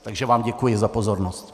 Takže vám děkuji za pozornost.